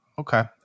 Okay